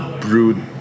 brewed